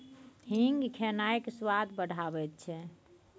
हींग खेनाइक स्वाद बढ़ाबैत छै